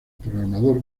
programador